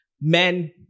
Men